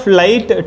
light